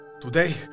Today